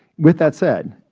with that said,